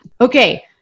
Okay